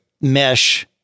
mesh